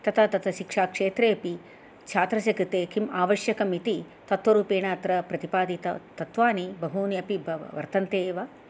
तथा तत्र शिक्षाक्षेत्रेऽपि छात्रस्य कृते किम् आवश्यकम् इति तत्वरूपेण अत्र प्रतिपादितत्वानि बहूणि अपि वर्तन्ते एव